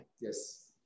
Yes